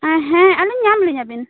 ᱟᱹᱞᱤᱧ ᱧᱟᱢ ᱞᱤᱧᱟᱹ ᱵᱤᱱ